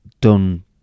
done